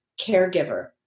caregiver